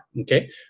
Okay